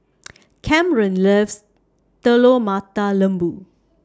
Camren loves Telur Mata Lembu